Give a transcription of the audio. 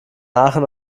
aachen